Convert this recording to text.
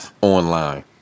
Online